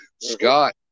Scott